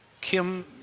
Kim